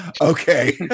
okay